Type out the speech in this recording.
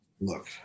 look